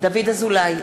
דוד אזולאי,